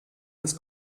des